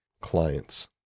clients